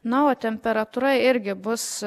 na o temperatūra irgi bus